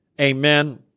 amen